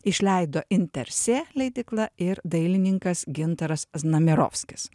išleido intersė leidykla ir dailininkas gintaras znamierovskis